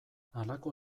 halako